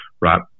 Right